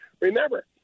Remember